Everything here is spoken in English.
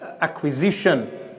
acquisition